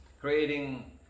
creating